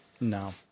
No